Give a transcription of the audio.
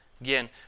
Again